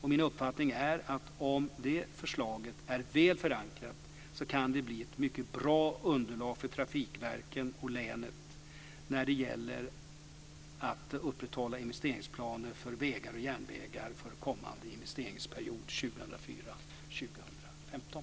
Min uppfattning är att om det förslaget är väl förankrat så kan det bli ett mycket bra underlag för trafikverken och länet när de ska upprätta investeringsplanerna för vägar och järnvägar för kommande investeringsperiod 2004-2015.